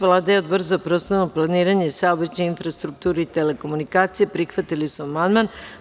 Vlada i Odbor za prostorno planiranje i saobraćaj, infrastrukturu i telekomunikacije prihvatili su amandman.